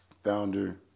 founder